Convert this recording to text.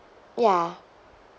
ya